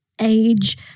age